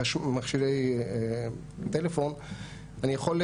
השאלה שנשאלת איך התוכנה הותקנה למכשיר הנייד,